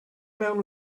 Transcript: mewn